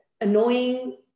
annoying